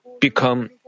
become